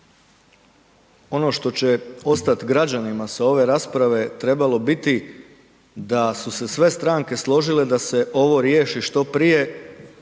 ono što će ostati građanima sa ove rasprave trebalo biti da su se sve stranke složile da se ovo riješi što prije